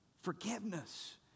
forgiveness